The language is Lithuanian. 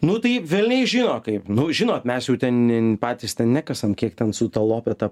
nu tai velniai žino kaip nu žinot mes jau ten patys ten nekasam kiek ten su ta lopeta